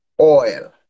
oil